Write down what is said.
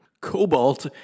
Cobalt